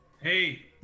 Hey